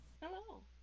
Hello